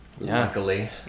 Luckily